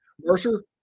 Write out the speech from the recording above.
Mercer